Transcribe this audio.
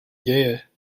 děje